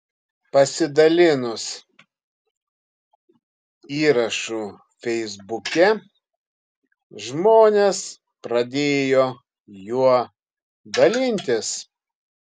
pasidalinus įrašu feisbuke žmonės pradėjo juo dalintis